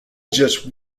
just